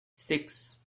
six